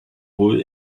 wohl